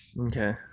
okay